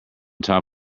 top